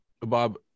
Bob